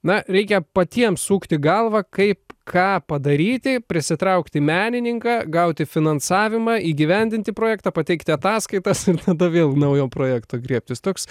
na reikia patiems sukti galvą kaip ką padaryti prisitraukti menininką gauti finansavimą įgyvendinti projektą pateikti ataskaitas ir tada vėl naujo projekto griebtis toks